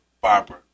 barber